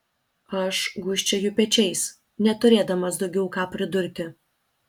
aš gūžčioju pečiais neturėdamas daugiau ką pridurti